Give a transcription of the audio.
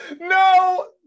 No